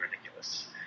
ridiculous